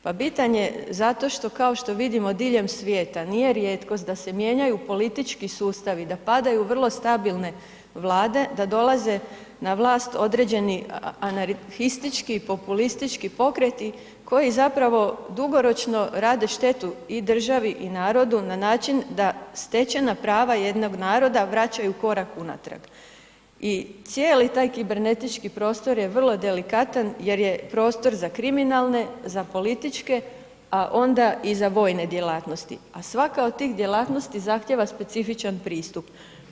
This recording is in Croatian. Pa bitan je zato što kao što vidimo diljem svijeta, nije rijetkost da se mijenjaju politički sustavi, da padaju vrlo stabilne Vlade, da dolaze na vlast određeni anarhistički i populistički pokreti koji zapravo dugoročno rade štetu i državu i narodu na način da stečena prava jednog prava vraćaju korak unatrag i cijeli taj kibernetički prostor je vrlo delikatan je prostor za kriminalne, za političke a onda i za vojne djelatnosti a svaka od tih djelatnosti zahtjeva specifičan pristup.